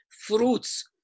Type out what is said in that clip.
fruits